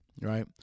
Right